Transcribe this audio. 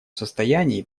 состоянии